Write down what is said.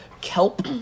Kelp